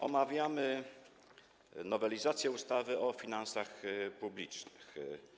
Omawiamy nowelizację ustawy o finansach publicznych.